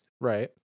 Right